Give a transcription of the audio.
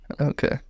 okay